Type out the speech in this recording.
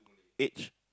age